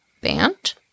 Band